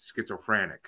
Schizophrenic